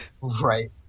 Right